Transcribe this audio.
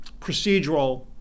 procedural